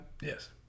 Yes